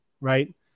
right